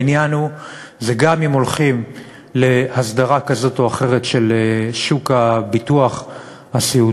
העניין הוא שגם אם הולכים להסדרה כזאת או אחרת של שוק הביטוח הסיעודי,